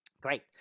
Great